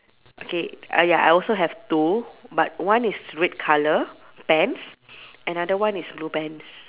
okay ah ya I also have two but one is red colour pants another one is blue pants